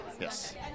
Yes